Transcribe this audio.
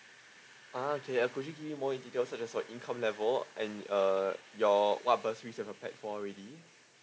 ah okay uh could you give me more in details such as like income level and uh your what bursary you have for already